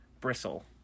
bristle